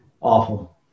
Awful